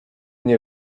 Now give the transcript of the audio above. nie